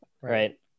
Right